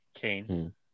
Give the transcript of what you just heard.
kane